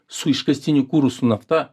su iškastiniu kuru su nafta